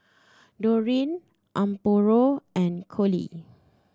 Dorine Amparo and Coley